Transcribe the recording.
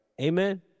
Amen